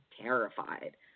terrified